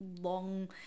long